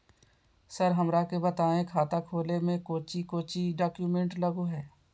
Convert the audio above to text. Sir हमरा के बताएं खाता खोले में कोच्चि कोच्चि डॉक्यूमेंट लगो है?